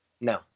no